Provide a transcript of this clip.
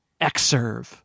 XServe